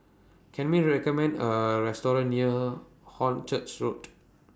Can YOU recommend A Restaurant near Hornchurch Road